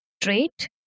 trait